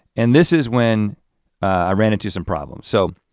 and this is when i ran into some problems. so